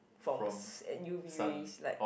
from s~ u_v rays like